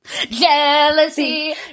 Jealousy